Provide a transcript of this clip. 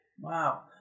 Wow